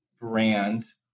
brands